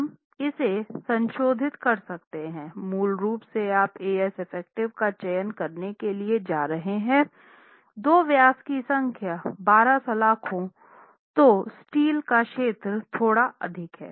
हम इसे संशोधित कर सकते हैं मूल रूप से आप eff का चयन करने के लिए जा रहे हैं दो व्यास की संख्या 12 सलाख़ों तो स्टील का क्षेत्र थोड़ा अधिक है